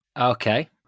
Okay